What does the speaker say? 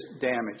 damage